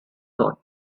thought